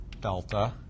delta